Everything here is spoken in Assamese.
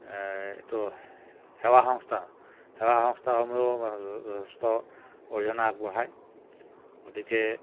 এইটো সেৱা সংস্থা সেৱা সংস্থাসমূহেও যথেষ্ট অৰিহণা আগবঢ়ায় গতিকে